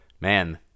Man